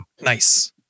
Nice